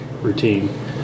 routine